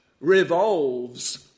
revolves